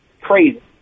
crazy